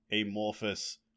amorphous